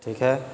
ٹھیک ہے